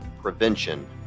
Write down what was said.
prevention